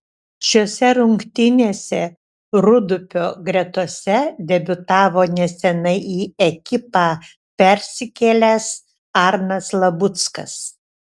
šiose rungtynėse rūdupio gretose debiutavo neseniai į ekipą persikėlęs arnas labuckas